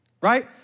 right